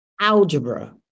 algebra